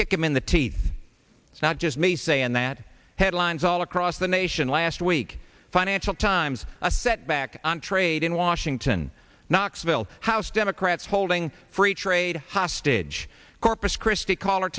kick him in the teeth it's not just me saying that headlines all across the nation last week financial times a setback on trade in washington knoxville house democrats holding free trade hostage corpus christi c